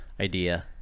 idea